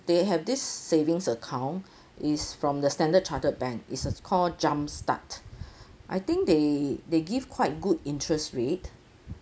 they have this savings account is from the standard chartered bank is uh call jump start I think they they give quite good interest rate